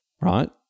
right